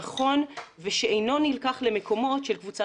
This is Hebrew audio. נכון ושאינו נלקח למקומות של קבוצה